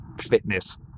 fitness